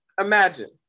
imagine